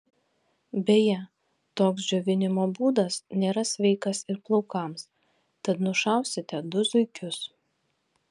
beje toks džiovinimo būdas nėra sveikas ir plaukams tad nušausite du zuikius